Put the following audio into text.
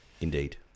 Indeed